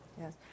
yes